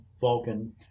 Vulcan